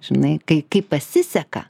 žinai kai kai pasiseka